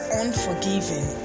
unforgiving